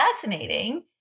fascinating